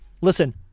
listen